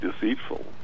deceitful